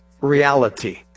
reality